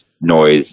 noise